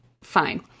fine